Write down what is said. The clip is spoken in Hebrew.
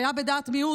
שהיה בדעת מיעוט,